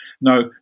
Now